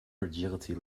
agility